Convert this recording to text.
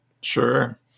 Sure